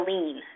Lean